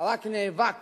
רק נאבק